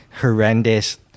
horrendous